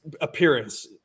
appearance